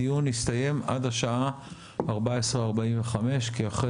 הדיון יסתיים עד השעה 14:45 כי אחרי